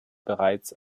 bereits